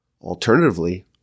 Alternatively